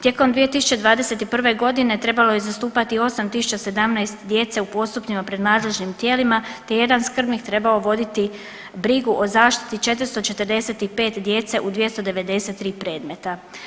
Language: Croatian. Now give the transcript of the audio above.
Tijekom 2021. g. trebalo je zastupati 8017 djece u postupcima pred nadležnim tijelima te jedan skrbnik trebao voditi brigu o zaštiti 445 djece u 293 predmeta.